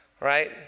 right